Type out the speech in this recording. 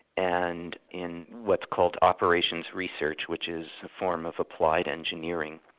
and in what's called operations research, which is a form of applied engineering.